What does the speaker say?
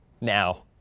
now